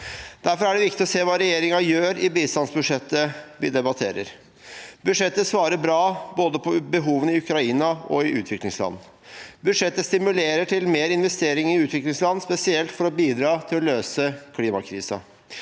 Derfor er det viktig å se hva regjeringen gjør i bistandsbudsjettet vi debatterer. Budsjettet svarer bra på behovene både i Ukraina og i utviklingsland. Budsjettet stimulerer til mer investering i utviklingsland, spesielt for å bidra til å løse klimakrisen.